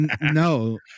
No